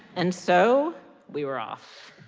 and so we were off